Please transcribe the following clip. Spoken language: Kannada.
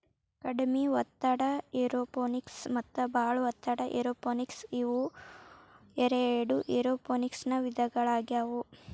ಕಡಿಮೆ ಒತ್ತಡ ಏರೋಪೋನಿಕ್ಸ ಮತ್ತ ಬಾಳ ಒತ್ತಡ ಏರೋಪೋನಿಕ್ಸ ಇವು ಎರಡು ಏರೋಪೋನಿಕ್ಸನ ವಿಧಗಳಾಗ್ಯವು